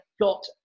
got